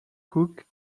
cooke